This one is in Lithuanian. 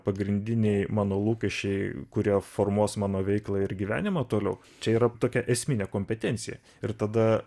pagrindiniai mano lūkesčiai kurie formuos mano veiklą ir gyvenimą toliau čia yra tokia esminė kompetencija ir tada